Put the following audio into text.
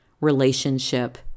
relationship